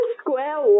square